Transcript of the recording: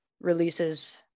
releases